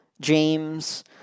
James